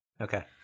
Okay